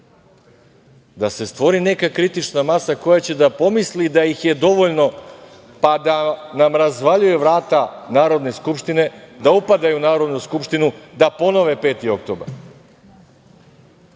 da se stvori neka kritična masa koja će da pomisli da ih je dovoljno pa da nam razvaljuje vrata Narodne skupštine, da upadaju u Narodnu skupštinu, da ponove 5. oktobar,